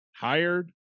hired